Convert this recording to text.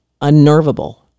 unnervable